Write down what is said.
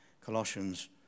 Colossians